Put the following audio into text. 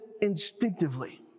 instinctively